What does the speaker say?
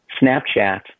Snapchat